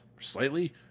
slightly